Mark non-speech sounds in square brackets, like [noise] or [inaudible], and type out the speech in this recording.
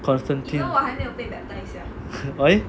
constantine [noise]